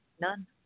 None